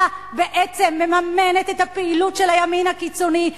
בעצם מממנת את הפעילות של הימין הקיצוני,